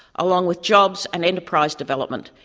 along with jobs and enterprise development,